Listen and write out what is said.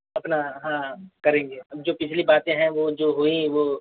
अपना हाँ करेंगे अब जो पिछली बातें हैं वह जो हुई वह